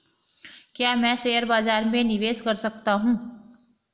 क्या मैं शेयर बाज़ार में निवेश कर सकता हूँ?